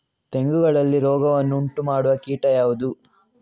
ತೆಂಗುಗಳಲ್ಲಿ ರೋಗವನ್ನು ಉಂಟುಮಾಡುವ ಕೀಟ ಯಾವುದು?